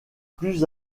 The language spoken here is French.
plus